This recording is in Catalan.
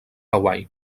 hawaii